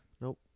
Nope